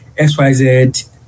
XYZ